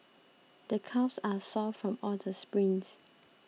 the calves are sore from all the sprints